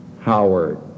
Howard